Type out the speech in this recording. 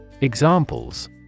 Examples